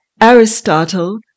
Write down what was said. Aristotle